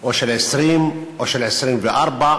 או של 20 או של 24,